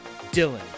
Dylan